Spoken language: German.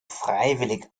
freiwillig